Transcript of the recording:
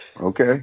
Okay